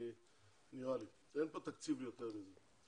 נראה לי שאין כאן תקציב ליותר זמה.